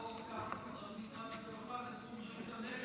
המוגבלות היחידה שהיא לא תחת משרד הרווחה זה תחום בריאות הנפש,